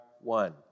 one